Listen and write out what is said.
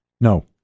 No